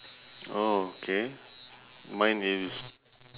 okay mine is